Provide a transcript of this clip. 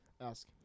Ask